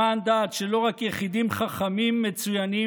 למען דעת שלא רק יחידים חכמים מצוינים,